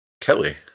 Kelly